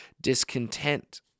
discontent